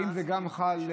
האם זה גם חל.